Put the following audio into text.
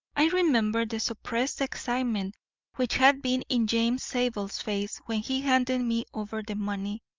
i remembered the suppressed excitement which had been in james zabel's face when he handed me over the money,